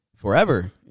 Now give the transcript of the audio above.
Forever